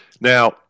Now